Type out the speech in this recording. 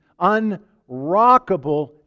Unrockable